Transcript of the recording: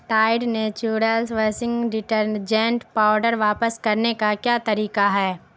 tied naturals washing detergent powder واپس کرنے کا کیا طریقہ ہے